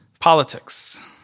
Politics